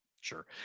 sure